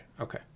Okay